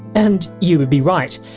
and you would be right.